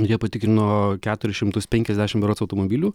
jie patikrino keturis šimtus penkiasdešimt berods automobilių